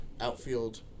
outfield